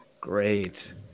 Great